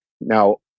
Now